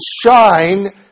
shine